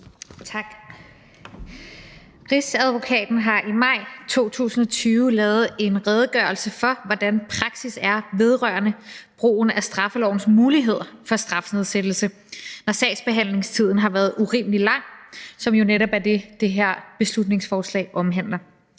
Rigsadvokaten har i maj 2020 lavet en redegørelse for, hvordan praksis er vedrørende brugen af straffelovens muligheder for strafnedsættelse, når sagsbehandlingstiden har været urimelig lang, hvilket jo netop er det, det her beslutningsforslag omhandler.